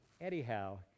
Anyhow